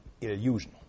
illusion